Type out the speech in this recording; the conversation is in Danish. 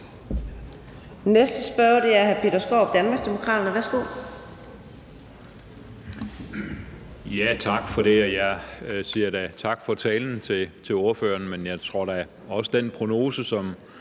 næste spørger er hr. Peter Skaarup, Danmarksdemokraterne. Værsgo.